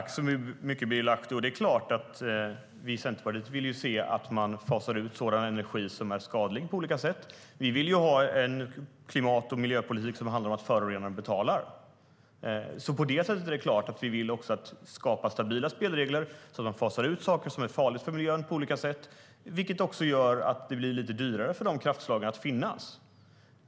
Fru talman! Det är klart att vi i Centerpartiet vill att man fasar ut sådan energi som är skadlig. Vi vill ha en klimat och miljöpolitik som handlar om att förorenaren betalar. På det sättet är det klart att vi vill skapa stabila spelregler så att man fasar ut sådant som är farligt för miljön, vilket också gör att det blir lite dyrare för de kraftslagen att finnas.